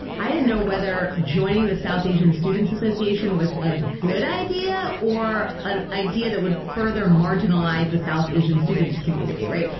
i didn't know whether joining the south asian students association was a good idea or an idea that would further marginalize the south asian students community. right?